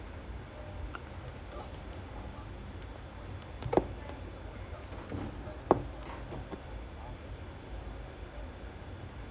it's like you know I think now the பாத்தேன்:paathaen like you know the world cup right if you win the world cup then just for world cup right from ஆம்பலைக்கு வந்து:aambalaikku vanthu I mean men வந்து:vanthu